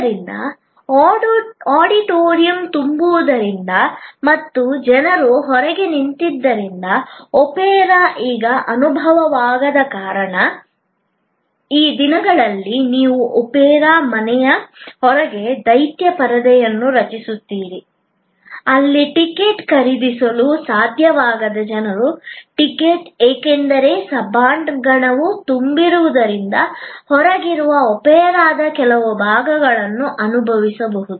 ಆದ್ದರಿಂದ ಆಡಿಟೋರಿಯಂ ತುಂಬಿರುವುದರಿಂದ ಮತ್ತು ಜನರು ಹೊರಗೆ ನಿಂತಿದ್ದರಿಂದ ಒಪೇರಾ ಈಗ ಅನುಭವವಾಗದ ಕಾರಣ ಈ ದಿನಗಳಲ್ಲಿ ನೀವು ಒಪೇರಾ ಮನೆಯ ಹೊರಗೆ ದೈತ್ಯ ಪರದೆಯನ್ನು ರಚಿಸುತ್ತೀರಿ ಅಲ್ಲಿ ಟಿಕೆಟ್ ಖರೀದಿಸಲು ಸಾಧ್ಯವಾಗದ ಜನರು ಟಿಕೆಟ್ ಏಕೆಂದರೆ ಸಭಾಂಗಣವು ತುಂಬಿರುವುದರಿಂದ ಹೊರಗಿರುವ ಒಪೆರಾದ ಕೆಲವು ಭಾಗವನ್ನು ಅನುಭವಿಸಬಹುದು